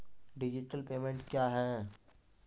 Digital payment क्या हैं?